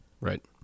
Right